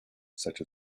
such